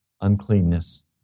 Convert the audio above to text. uncleanness